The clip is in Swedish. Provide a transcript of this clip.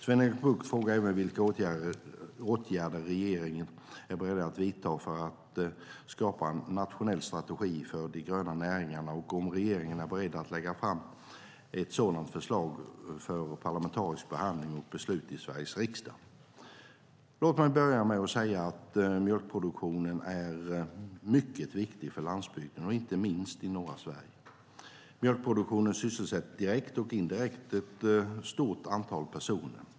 Sven-Erik Bucht frågar även vilka åtgärder regeringen är beredd att vidta för att skapa en nationell strategi för de gröna näringarna och om regeringen är beredd att lägga fram ett sådant förslag för parlamentarisk behandling och beslut i Sveriges riksdag. Låt mig börja med att säga att mjölkproduktionen är mycket viktig för landsbygden och inte minst i norra Sverige. Mjölkproduktionen sysselsätter direkt och indirekt ett stort antal personer.